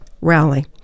rally